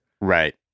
right